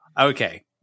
Okay